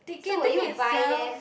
so will you buy them